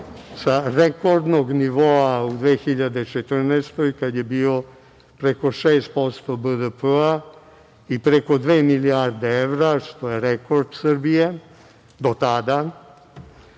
sa rekordnom nivoa u 2014. godini kada je bio preko 6% BDP, i preko dve milijarde evra, što je rekord Srbije do tada